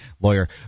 lawyer